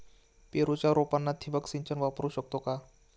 पेरूच्या रोपांना ठिबक सिंचन वापरू शकतो का?